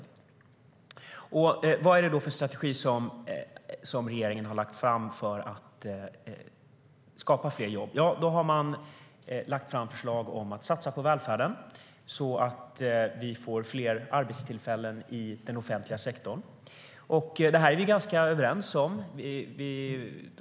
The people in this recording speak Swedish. Vad är det då för strategi som regeringen har lagt fram för att skapa fler jobb? Jo, man har lagt fram förslag om att satsa på välfärden, så att vi får fler arbetstillfällen i den offentliga sektorn. Det här är vi ganska överens om.